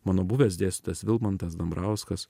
mano buvęs dėstytojas vilmantas dambrauskas